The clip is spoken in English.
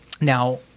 now